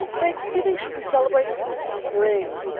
thanksgiving should be celebrated in the spring,